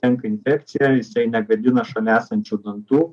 tenka infekcija jisai negadina šalia esančių dantų